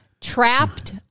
trapped